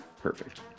perfect